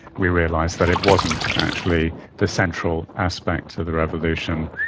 we realised that it wasn't actually the central aspect to the revolution,